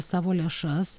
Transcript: savo lėšas